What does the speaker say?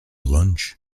lunch